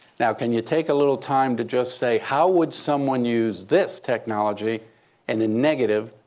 now, can you take a little time to just say, how would someone use this technology in a negative,